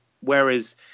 whereas